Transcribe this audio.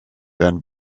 den